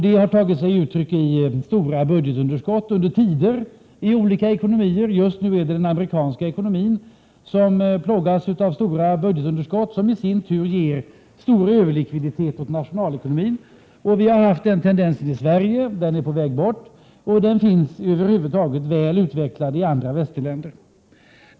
Det har tagit sig uttryck i stora budgetunderskott under vissa tider i olika ekonomier. Just nu är det den amerikanska ekonomin som plågas av stora budgetunderskott, som i sin tur ger stor överlikviditet åt nationalekonomin. Vi har haft den tendensen i Sverige, där den nu är på väg bort. Den finns över huvud taget utvecklad i alla västländer.